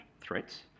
threats